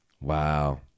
Wow